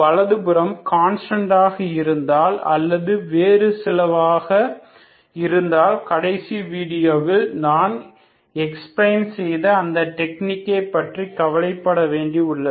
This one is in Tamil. வலதுபுறம் கான்ஸ்டன்ட் ஆக இருந்தால் அல்லது வேறு சிலவாக இருந்தால் கடைசி வீடியோவில் நான் எக்ஸ்ப்ளைன் செய்த அந்த டெக்னிக்கை பற்றி கவலைப்பட வேண்டி உள்ளது